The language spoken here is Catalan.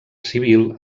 civil